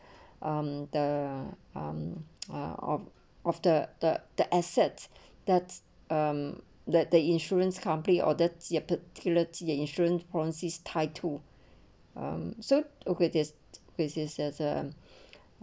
um the um uh of of the the the assets that's um that the insurance company or that particular to their insurance from this high to um so okay just okay just just um